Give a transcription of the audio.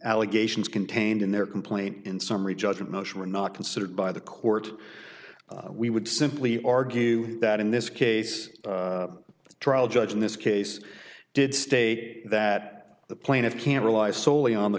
allegations contained in their complaint in summary judgment motion were not considered by the court we would simply argue that in this case the trial judge in this case did state that the plaintiff can't rely solely on the